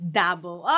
double